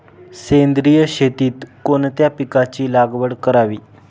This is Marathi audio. सेंद्रिय शेतीत कोणत्या पिकाची लागवड करावी?